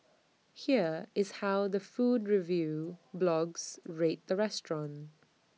here is how the food review blogs rate the restaurant